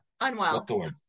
unwell